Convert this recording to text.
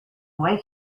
wake